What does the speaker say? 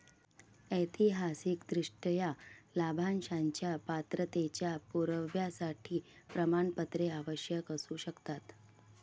ऐतिहासिकदृष्ट्या, लाभांशाच्या पात्रतेच्या पुराव्यासाठी प्रमाणपत्रे आवश्यक असू शकतात